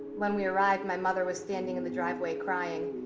when we arrived, my mother was standing in the driveway crying,